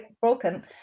broken